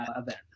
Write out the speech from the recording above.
event